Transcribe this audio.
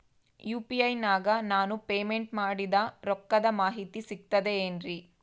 UPI ನಾಗ ನಾನು payment ಮಾಡಿದ ರೊಕ್ಕದ ಮಾಹಿತಿ ಸಿಕ್ತದೆ ಏನ್ರಿ?